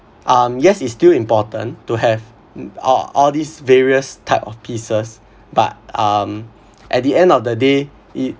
um yes it's still important to have all all these various type of pieces but um at the end of the day it